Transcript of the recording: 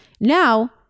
Now